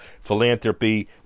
philanthropy